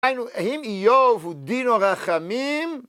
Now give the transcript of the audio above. היינו, הם איוב ודינו רחמים